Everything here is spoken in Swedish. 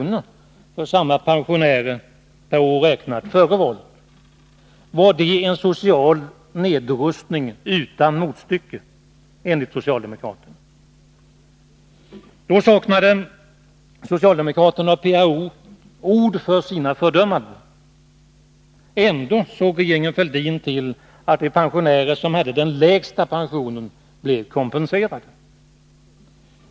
per år för samma pensionär, var det, enligt socialdemokraterna, en social nedrustning utan motstycke. Då saknade socialdemokraterna och PRO ord för sina fördömanden. Ändå såg regeringen Fälldin till att de pensionärer som hade den lägsta pensionen blev kompenserade.